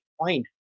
point